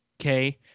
okay